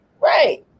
Right